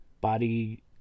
body